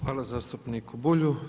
Hvala zastupniku Bulju.